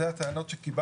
זה הטענות שקיבלנו.